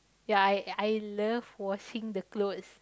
ya I I love washing the clothes